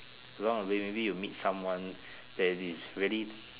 along the way maybe you meet someone that is really